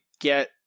get